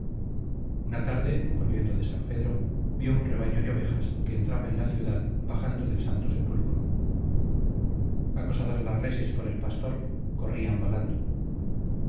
una tarde volviendo de san pedro vio un rebaño de ovejas que entraba en la ciudad bajando del santo sepulcro acosadas las reses por el pastor corrían balando